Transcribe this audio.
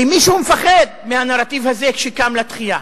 כי מישהו מפחד מהנרטיב הזה, שקם לתחייה.